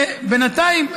בינתיים,